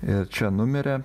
ir čia numirė